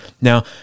Now